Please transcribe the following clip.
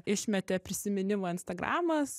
išmetė prisiminimą instagramas